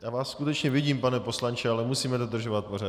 Já vás skutečně vidím, pane poslanče, ale musím dodržovat pořadí.